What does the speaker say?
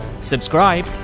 subscribe